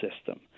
system